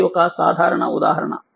ఇదిఒక సాధారణ ఉదాహరణ